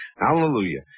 Hallelujah